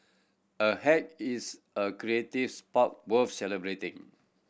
a hack is a creative spark worth celebrating